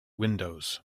windows